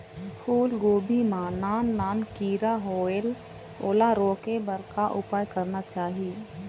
फूलगोभी मां नान नान किरा होयेल ओला रोके बर का उपाय करना चाही?